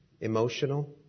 emotional